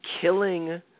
killing